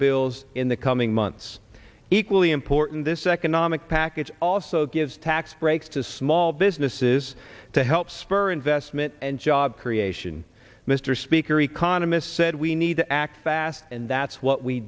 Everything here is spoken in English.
bills in the coming months equally important this economic package also gives tax breaks to small businesses to help spur investment and job creation mr speaker economists said we need to act fast and that's what we